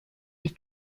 ich